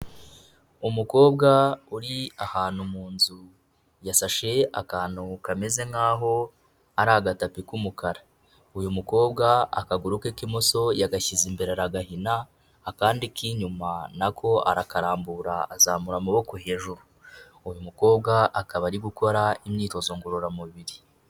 Umukobwa uri ahantu mu nzu, yasashe akantu kameze nk'aho ari agatapi k'umukara, uyu mukobwa akaguru ke k'imoso yagashyize imbere aragahina, akandi k'inyuma na ko arakarambura azamura amaboko hejuru, uyu mukobwa akaba ari gukora imyitozo ngororamubiri.